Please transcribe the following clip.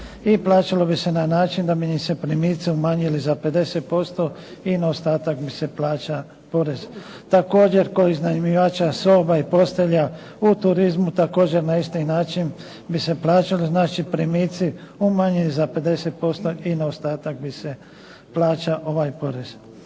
i plaćalo bi se na način da bi im se primici umanjili za 50% i na ostatak bi se plaćao porez. Također kod iznajmljivača soba i postelja u turizmu, također bi se na isti način plaćali primici umanjeni za 50% i na ostatak bi se plaćao ovaj porez.